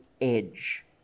edge